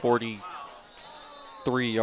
forty three